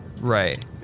Right